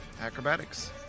Acrobatics